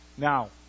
Now